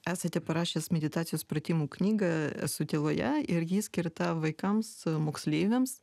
esate parašęs meditacijos pratimų knyga esu tyloje ir ji skirta vaikams moksleiviams